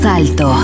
alto